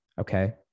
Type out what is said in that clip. Okay